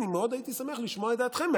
אני מאוד הייתי שמח לשמוע את דעתכם,